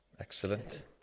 Excellent